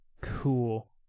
Cool